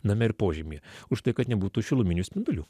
name ir požymy už tai kad nebūtų šiluminių spindulių